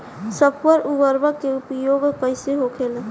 स्फुर उर्वरक के उपयोग कईसे होखेला?